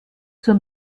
zur